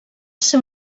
ser